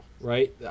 right